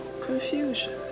confusion